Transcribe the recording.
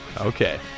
Okay